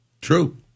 True